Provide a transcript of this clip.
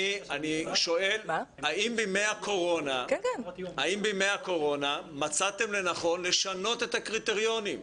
אני שואל האם בימי הקורונה מצאתם לנכון לשנות את הקריטריונים?